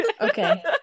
Okay